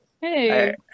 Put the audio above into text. Hey